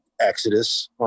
Exodus